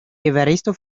evaristo